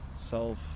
self